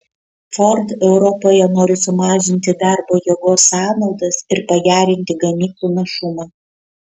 ford europoje nori sumažinti darbo jėgos sąnaudas ir pagerinti gamyklų našumą